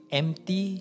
empty